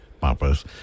Papa's